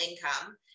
income